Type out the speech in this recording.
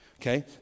Okay